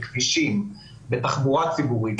תשתיות כבישים, תחבורה ציבורית.